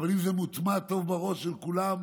אבל אם זה היה מוטמע טוב בראש של כולם,